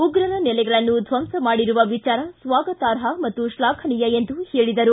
ಉಗ್ರರ ನೆಲೆಗಳನ್ನು ಧ್ವಂಸ ಮಾಡಿರುವ ವಿಚಾರ ಸ್ವಾಗತಾರ್ಹ ಮತ್ತು ಶ್ಲಾಘನೀಯ ಎಂದು ಹೇಳಿದರು